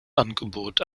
angebot